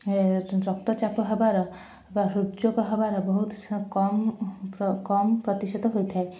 ଏ ର ରକ୍ତଚାପ ହେବାର ବା ହୃଦ୍ ଚୋକ୍ ହେବାର ବହୁତ ସ କମ୍ ପ୍ର କମ୍ ପ୍ରତିଶତ ହୋଇଥାଏ